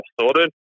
sorted